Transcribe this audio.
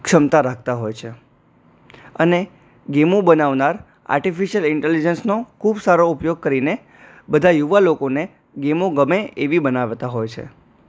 ક્ષમતા રાખતા હોય છે અને ગેમો બનાવનાર આર્ટિફિશ્યલ ઇન્ટેલિજન્સનો ખૂબ સારો ઉપયોગ કરીને બધા યુવા લોકોને ગેમો ગમે એવી બનાવતા હોય છે